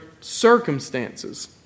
circumstances